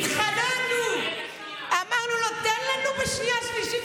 התחננו ואמרנו לו: תן לנו את האיזוק בשנייה-שלישית,